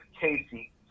Casey